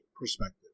perspective